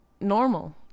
normal